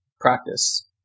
practice